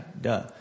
duh